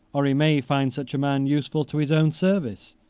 or he may find such a man useful to his own service.